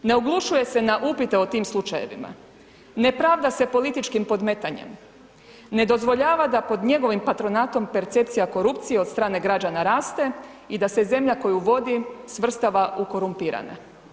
Ne oglušuje se na upite o tim slučajevima, ne pravda se političkim podmetanjem, ne dozvoljava da pod njegovim patronatom percepcija korupcije od strane građana raste i da se zemlja koju vodi svrstava u korumpirane.